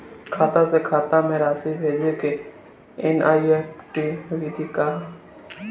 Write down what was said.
खाता से खाता में राशि भेजे के एन.ई.एफ.टी विधि का ह?